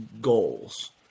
goals